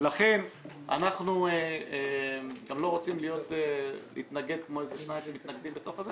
לכן אנחנו גם לא רוצים להתנגד כמו שניים שמתנגדים בתוך הזה.